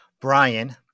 Brian